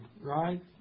right